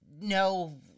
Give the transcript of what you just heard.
no